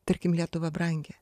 tarkim lietuva brangi